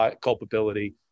culpability